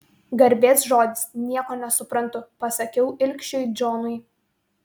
garbės žodis nieko nesuprantu pasakiau ilgšiui džonui